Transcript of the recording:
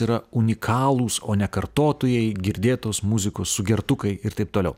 yra unikalūs o ne kartotojai girdėtos muzikos sugertukai ir taip toliau